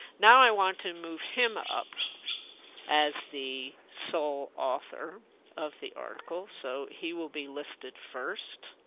now i want to move him up as the sole author of the article, so he will be listed first,